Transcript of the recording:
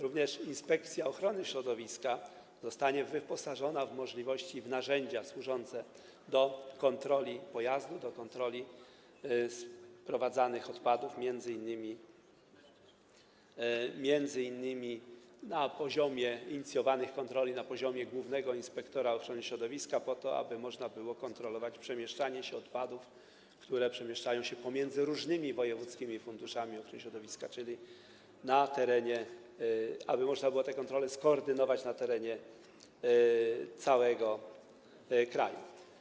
Również Inspekcja Ochrony Środowiska zostanie wyposażona w możliwości, w narzędzia służące do kontroli pojazdów, do kontroli sprowadzanych odpadów - m.in. na poziomie inicjowanych kontroli, na poziomie głównego inspektora ochrony środowiska - po to, aby można było kontrolować przemieszczanie odpadów między różnymi wojewódzkimi funduszami ochrony środowiska, czyli aby można było te kontrole skoordynować na terenie całego kraju.